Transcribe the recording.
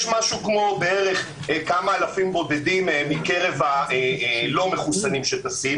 יש בערך כמה אלפים בודדים מקרב הלא מחוסנים שטסים